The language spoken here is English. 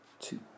two